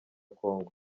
congo